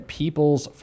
people's